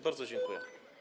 Bardzo dziękuję.